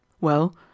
Well